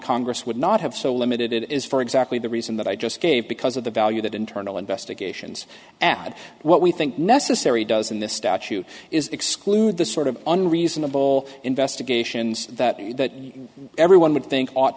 congress would not have so limited it is for exactly the reason that i just gave because of the value that internal investigations add what we think necessary does in this statute is exclude the sort of unreasonable investigations that are that everyone would think ought